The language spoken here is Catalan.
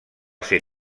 ser